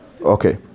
Okay